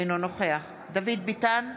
אינו נוכח דוד ביטן,